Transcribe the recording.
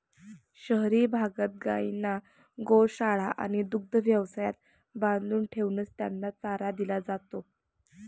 शहरी भागात गायींना गोशाळा आणि दुग्ध व्यवसायात बांधून ठेवूनच त्यांना चारा दिला जातो